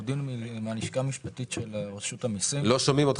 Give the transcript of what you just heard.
אני עורך דין מהלשכה המשפטית של רשות המיסים --- לא שומעים.